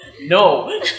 No